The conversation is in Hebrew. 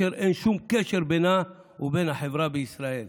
אשר אין שום קשר בינה ובין החברה בישראל.